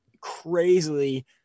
crazily